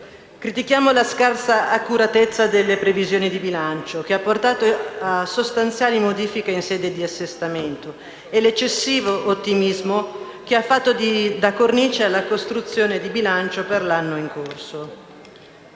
Critichiamo la scarsa accuratezza delle previsioni di bilancio, che ha portato a sostanziali modifiche in sede di assestamento e l'eccessivo ottimismo, che ha fatto da cornice alla costruzione di bilancio per l'anno in corso.